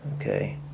okay